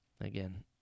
again